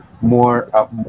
more